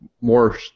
more